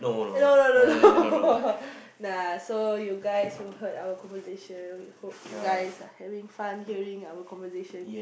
no no no no (ppll) nah so you guys who heard our conversation we hope you guys are having fun hearing our conversation